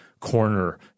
corner